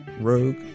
rogue